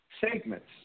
segments